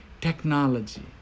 technology